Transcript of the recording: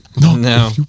No